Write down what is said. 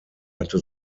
hatte